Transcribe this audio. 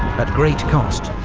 at great cost,